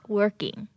working